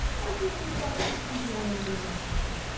i see at least five or six people willing to move in that direction.